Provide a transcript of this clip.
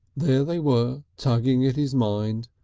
there they were tugging at his mind,